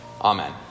Amen